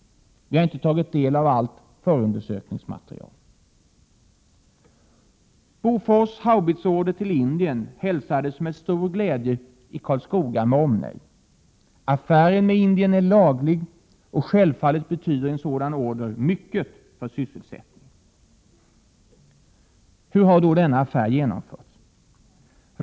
Vi har heller inte tagit del av allt förundersökningsmaterial. Bofors haubitsorder från Indien hälsades med stor glädje i Karlskoga med omnejd. Affären med Indien är laglig, och självfallet betyder en sådan order mycket för sysselsättningen. Hur har då denna affär genomförts?